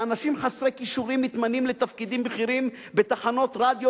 שאנשים חסרי כישורים מתמנים לתפקידים בכירים בתחנות רדיו